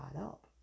up